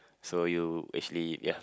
so you actually ya